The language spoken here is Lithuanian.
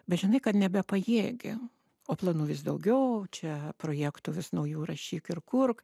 bet žinai kad nebepajėgi o planų vis daugiau čia projektų vis naujų rašyk ir kurk